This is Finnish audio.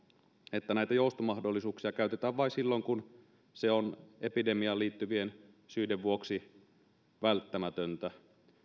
että näitä joustomahdollisuuksia käytetään vain silloin kun se on epidemiaan liittyvien syiden vuoksi välttämätöntä